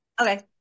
okay